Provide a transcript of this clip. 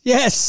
Yes